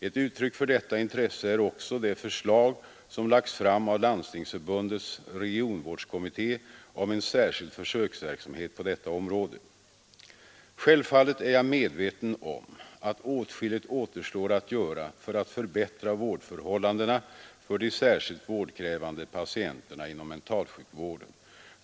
Ett uttryck för detta intresse är också det förslag som lagts fram av Landstingsförbundets regionvårdskommitté om en särskild försöksverksamhet på detta område. Självfallet är jag medveten om att åtskilligt återstår att göra för att förbättra vårdförhållandena för de särskilt vårdkrävande patienterna inom mentalsjukvården.